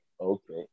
okay